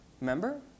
remember